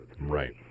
Right